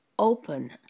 Open